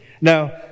Now